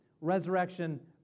resurrection